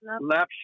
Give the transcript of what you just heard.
left